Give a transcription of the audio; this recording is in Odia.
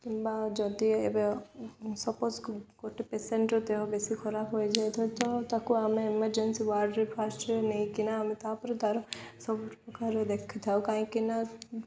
କିମ୍ବା ଯଦି ଏବେ ସପୋଜ ଗୋଟେ ପେସେଣ୍ଟର ଦେହ ବେଶୀ ଖରାପ ହୋଇଯାଇଥାଏ ତ ତାକୁ ଆମେ ଏମର୍ଜେନ୍ସି ୱାର୍ଡ଼ରେ ଫାଷ୍ଟରେ ନେଇକିନା ଆମେ ତା'ପରେ ତାର ସବୁ ପ୍ରକାର ଦେଖିଥାଉ କାହିଁକିନା